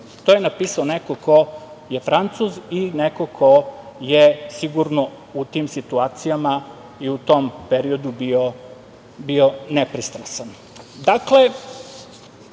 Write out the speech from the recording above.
To je napisao neko ko je Francuz i neko ko je sigurno u tim situacijama i u tom periodu bio nepristrasan. Dakle,